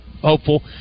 hopeful